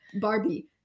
barbie